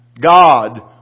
God